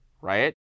right